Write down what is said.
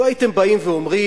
לו הייתם באים ואומרים,